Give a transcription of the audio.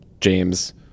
James